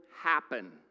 happen